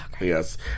Yes